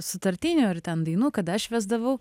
sutartinių ar ten dainų kada aš vesdavau